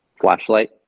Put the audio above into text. flashlight